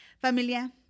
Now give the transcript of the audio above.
Familia